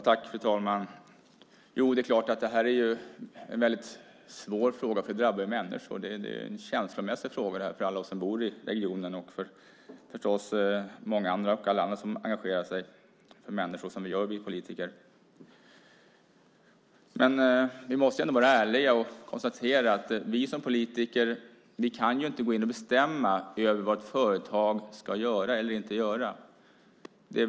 Fru talman! Det är klart att det är en svår fråga, för det drabbar människor. Det är en känslomässig fråga för alla oss som bor i regionen, för många andra och för alla oss som engagerar sig i människor såsom vi politiker gör. Vi måste ändå vara ärliga och konstatera att vi som politiker inte kan bestämma över vad ett företag ska göra eller inte göra.